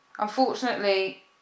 Unfortunately